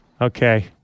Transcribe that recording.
Okay